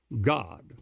God